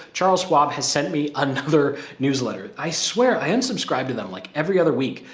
charles schwab has sent me another newsletter. i swear i unsubscribed to them like every other week,